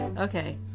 Okay